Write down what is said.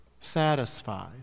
satisfied